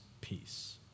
peace